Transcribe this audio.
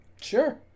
sure